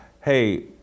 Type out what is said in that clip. hey